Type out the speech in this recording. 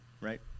right